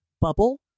bubble